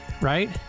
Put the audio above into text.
right